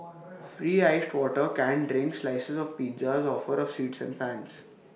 free iced water canned drinks slices of pizzas offer of seats and fans